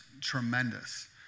tremendous